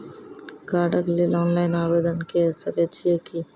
कार्डक लेल ऑनलाइन आवेदन के सकै छियै की?